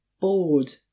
bored